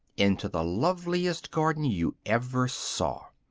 into the loveliest garden you ever saw.